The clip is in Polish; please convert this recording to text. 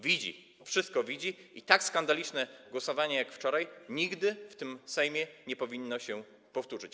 Widzi, wszystko widzi i tak skandaliczne głosowanie jak wczoraj nigdy w tym Sejmie nie powinno się powtórzyć.